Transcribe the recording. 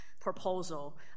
proposal